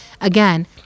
again